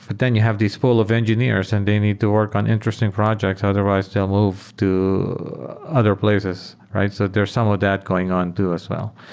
but then you have these full of engineers and they need to work on interesting projects, otherwise they'll move to other places. so there's some of that going on too as well.